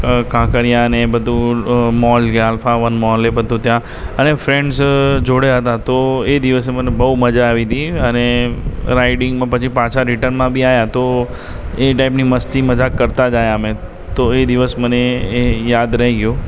કાંકરિયાને એ બધું મૉલ ગયા અલ્ફા વન મૉલ એ બધું ત્યાં અને ફ્રૅન્ડસ જોડે હતા તો એ દિવસે મને બહુ મજા આવી હતી અને રાઇડિંગમા પછી પાછા રીટર્નમા બી આવ્યા તો એ ટાઈપની મસ્તી મજાક કરતા જ આવ્યા અમે તો એ દિવસ મને યાદ રહી ગયો